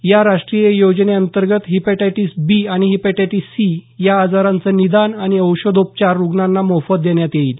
या राष्ट्रीय योजनेंतर्गत हिपेटायटिस बी आणि हिपेटायटिस सी या आजारांचं निदान आणि औषधोपचार रुग्णांना मोफत देण्यात येईल